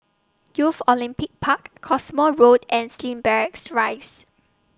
Youth Olympic Park Cottesmore Road and Slim Barracks Rise